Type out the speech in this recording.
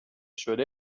شده